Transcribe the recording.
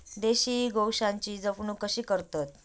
देशी गोवंशाची जपणूक कशी करतत?